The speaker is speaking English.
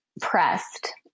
pressed